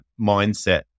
mindset